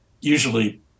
Usually